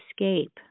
escape